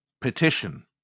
petition